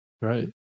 Right